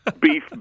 Beef